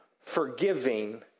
forgiving